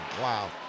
Wow